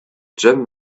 gem